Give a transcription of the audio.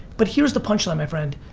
but here's the punchline my friend,